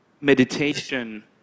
meditation